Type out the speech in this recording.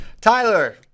Tyler